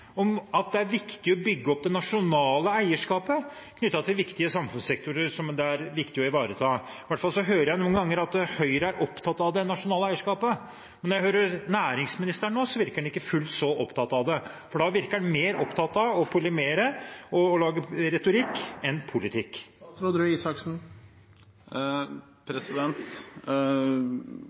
om at det er viktig å bygge opp det nasjonale eierskapet knyttet til viktige samfunnssektorer som det er viktig å ivareta. I hvert fall hører jeg noen ganger at Høyre er opptatt av det nasjonale eierskapet. Men når jeg hører næringsministeren nå, virker han ikke fullt så opptatt av det, for da virker han mer opptatt av å polemisere og lage retorikk enn av politikk.